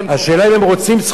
השאלה אם הם רוצים זכויות.